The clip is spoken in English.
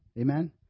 Amen